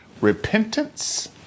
repentance